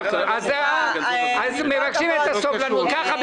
לכן היא קיבלה אישור רק לשנה אחת.